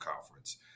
Conference